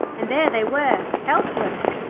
and there they were, helpless.